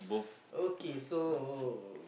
okay so